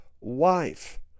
wife